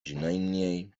przynajmniej